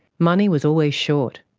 money was always short.